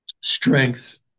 strength